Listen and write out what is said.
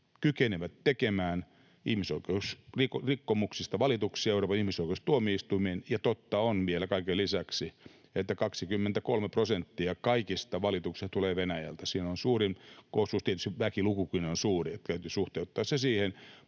kykenevät tekemään ihmisoikeusrikkomuksista valituksia Euroopan ihmisoikeustuomioistuimeen. Totta on vielä kaiken lisäksi, että 23 prosenttia kaikista valituksista tulee Venäjältä. Sillä on suurin osuus, tietysti väkilukukin on suuri, että täytyy suhteuttaa se siihen,